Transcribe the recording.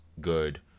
good